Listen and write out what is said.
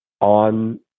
on